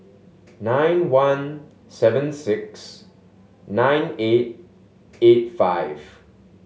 nine one seven six nine eight eight five